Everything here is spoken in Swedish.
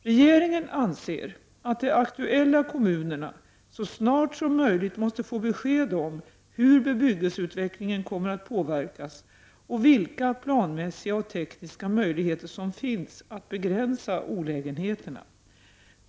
Regeringen anser att de aktuella kommunerna så snart som möjligt måste få besked om hur bebyggelseutvecklingen kommer att påverkas och vilka planmässiga och tekniska möjligheter som finns att begränsa olägenheterna.